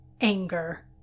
anger